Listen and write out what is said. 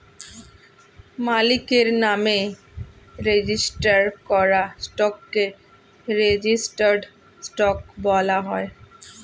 মালিকের নামে রেজিস্টার করা স্টককে রেজিস্টার্ড স্টক বলা হয়